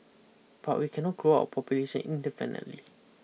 but we cannot grow our population indefinitely